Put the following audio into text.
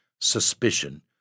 suspicion